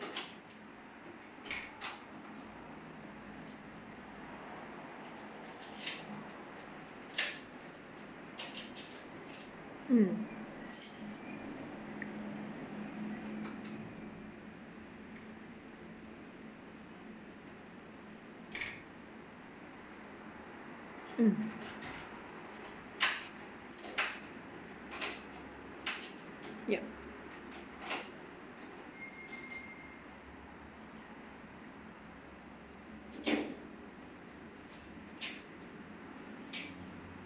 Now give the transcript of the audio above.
mm mm ya